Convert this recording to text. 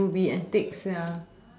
to be antics ya